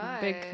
big